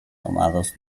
tomados